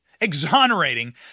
exonerating